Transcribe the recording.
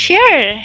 Sure